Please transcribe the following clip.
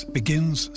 begins